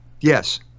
Yes